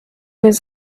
his